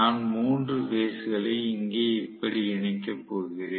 நான் 3 பேஸ் களை இங்கே இப்படி இணைக்கப் போகிறேன்